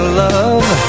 love